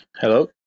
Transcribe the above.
hello